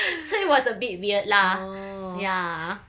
so it was a bit weird lah ya